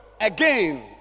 Again